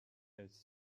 its